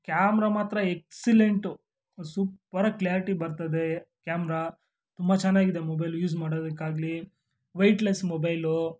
camera ಮಾತ್ರ excellent ಸೂಪ್ಪರಾಗಿ clarity ಬರ್ತದೆ ಕ್ಯಾಮ್ರಾ ತುಂಬ ಚೆನ್ನಾಗಿದೆ ಮೊಬೈಲ್ ಯೂಸ್ ಮಾಡೋದಕ್ಕಾಗ್ಲಿ ವೈಟ್ಲೆಸ್ ಮೊಬೈಲು